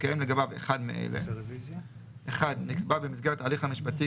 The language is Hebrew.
שהתקיים לגביו אחד מאלה: (1) נקבע במסגרת ההליך המשפטי